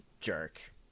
jerk